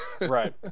Right